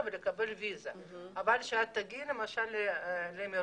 ולקבל ויזה אבל כשאת תגיעי למשל לאמירויות